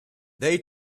they